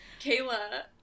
Kayla